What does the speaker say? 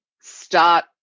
start